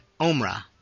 Omra